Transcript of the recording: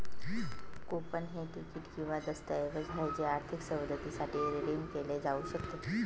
coupon हे ticket किंवा दस्तऐवज आहे जे आर्थिक सवलतीसाठी रिडीम केले जाऊ शकते